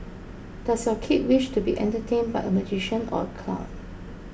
does your kid wish to be entertained by a magician or a clown